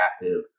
attractive